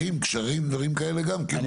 גשרים דברים כאלה גם כן?